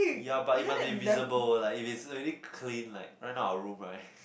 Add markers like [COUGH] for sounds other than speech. ya but it must be visible like if it's really clean like not like our room right [BREATH]